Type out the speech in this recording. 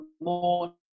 more